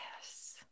Yes